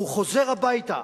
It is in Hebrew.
הוא חוזר הביתה,